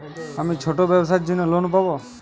আমি ছোট ব্যবসার জন্য লোন পাব?